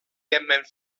jemmen